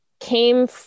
Came